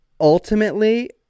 ultimately